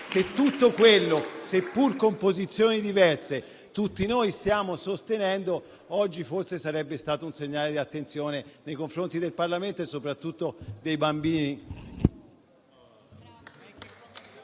tutto quello che oggi, pur con composizioni diverse, tutti stiamo sostenendo, forse sarebbe stato un segnale di attenzione nei confronti del Parlamento e soprattutto dei bambini.